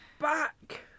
back